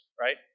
Right